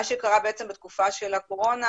מה שקרה בתקופה של הקורונה,